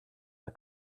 the